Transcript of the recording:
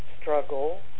struggle